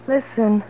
Listen